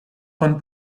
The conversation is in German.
von